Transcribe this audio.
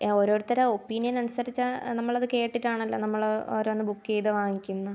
ഓരോരുത്തരുടെ ഒപ്പീനിയൻ അനുസരിച്ച് നമ്മളത് കേട്ടിട്ടാണല്ലോ നമ്മൾ ഓരോന്ന് ബുക്ക് ചെയ്ത് വാങ്ങിക്കുന്നത്